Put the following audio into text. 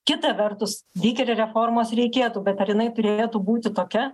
kita vertus lyg ir reformos reikėtų bet ar jinai turėtų būti tokia